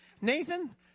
Nathan